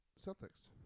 Celtics